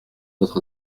votre